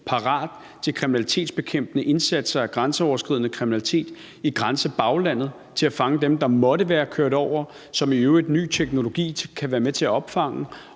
parat til kriminalitetsbekæmpende indsatser i forhold til grænseoverskridende kriminalitet i grænsebaglandet til at fange dem, der måtte være kørt over grænsen, hvilket i øvrigt ny teknologi kan være med til at opfange,